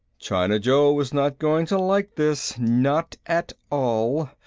china joe is not going to like this, not at all,